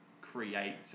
create